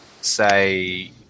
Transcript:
say